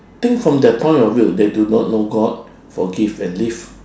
think from their point of view they do not know god forgive and live